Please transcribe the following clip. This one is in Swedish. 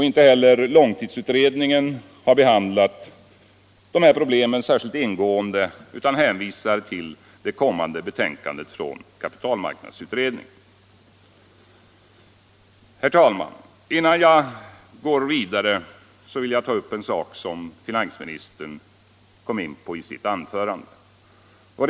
Inte heller långtidsutredningen har behandlat dessa problem särskilt ingående utan hänvisar till det kommande betänkandet från kapitalmarknadsutredningen. Herr talman! Innan jag går vidare vill jag beröra en sak som finansministern gick in på.